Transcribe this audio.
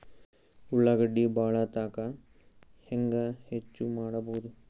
ಉಳ್ಳಾಗಡ್ಡಿ ಬಾಳಥಕಾ ಹೆಂಗ ಹೆಚ್ಚು ಮಾಡಬಹುದು?